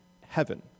heaven